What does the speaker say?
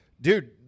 dude